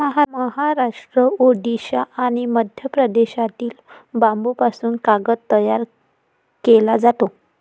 महाराष्ट्र, ओडिशा आणि मध्य प्रदेशातील बांबूपासून कागद तयार केला जातो